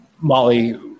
Molly